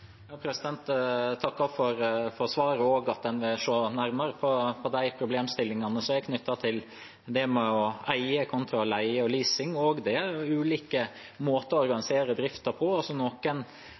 takker for svaret og for at en vil se nærmere på de problemstillingene som er knyttet til det med å eie kontra leie og leasing. Det er ulike måter å